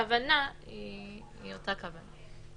הכוונה היא אותה כוונה.